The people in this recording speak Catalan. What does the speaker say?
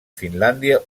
finlàndia